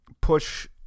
push